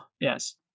Yes